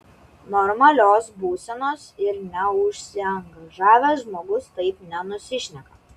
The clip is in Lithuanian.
normalios būsenos ir neužsiangažavęs žmogus taip nenusišneka